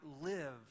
live